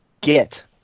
get